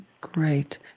great